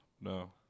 No